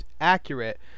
accurate